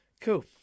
Cool